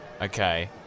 Okay